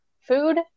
food